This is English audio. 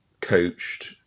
coached